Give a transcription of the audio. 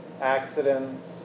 accidents